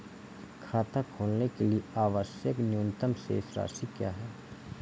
खाता खोलने के लिए आवश्यक न्यूनतम शेष राशि क्या है?